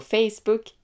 Facebook